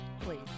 Please